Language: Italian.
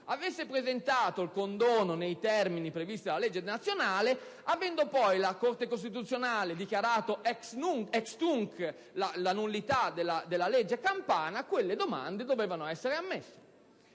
avesse presentato nei termini previsti dalla legge nazionale, avendo poi la Corte costituzionale dichiarato *ex tunc* la nullità della legge campana, quelle domande avrebbero dovuto essere ammesse.